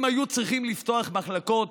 אם היו צריכים לפתוח מחלקות